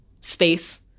space